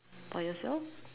for yourself